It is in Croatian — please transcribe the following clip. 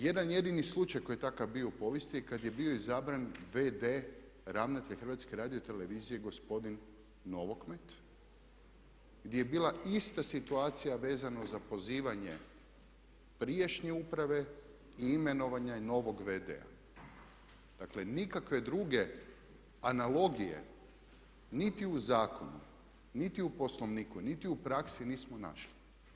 Jedan jedini slučaj koji je takav bio u povijesti kada je vio izabran v.d. ravnatelj HRT-a gospodin Novokmet gdje je bila ista situacija vezano za pozivanje prijašnje uprave i imenovanja novog v.d.-a. Dakle nikakve druge analogije niti u zakonu, niti u Poslovniku, niti u praksi nismo našli.